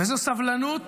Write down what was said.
וזה סבלנות